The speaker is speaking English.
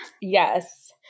yes